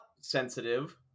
sensitive